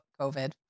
COVID